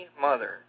mother